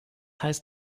heißt